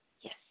yes